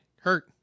hurt